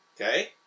Okay